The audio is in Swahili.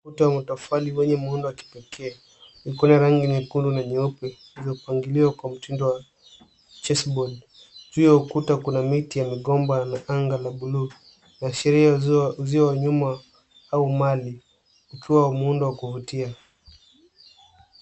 Ukuta wa matofali wenye muundo wa kipekee, ukona rangi nyekundu na nyeupe zilizopangiliwa kwa mtindo wa chess board .Juu ya ukuta kuna miti ya migomba na anga la buluu, kuashiria uzio wa nyuma au mali ukiwa muundo wa kuvutia.